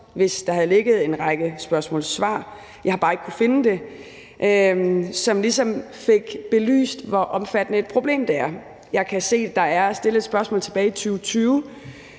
hvis der havde ligget en række spørgsmål-svar – jeg har bare ikke kunnet finde dem – som ligesom fik belyst, hvor omfattende et problem det er. Jeg kan se, at der er stillet et spørgsmål tilbage i 2020